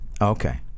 Okay